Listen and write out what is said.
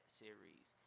series